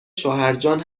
شوهرجان